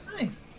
Nice